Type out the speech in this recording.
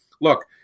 Look